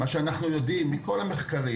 מה שאנחנו יודעים וזה על סמך כל המחקרים,